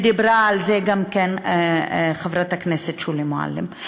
ודיברה על זה חברת הכנסת שולי מועלם.